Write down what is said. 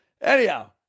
Anyhow